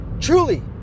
Truly